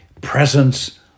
presence